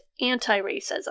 anti-racism